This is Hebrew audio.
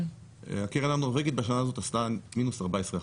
הקרן הנורבגית בשנה הזאת עשתה מינוס 14%,